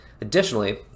Additionally